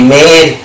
made